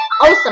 Awesome